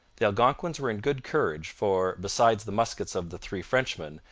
the algonquins were in good courage, for, besides the muskets of the three frenchmen,